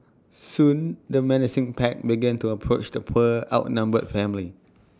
soon the menacing pack began to approach the poor outnumbered family